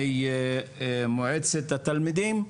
ממועצת התלמידים.